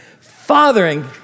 fathering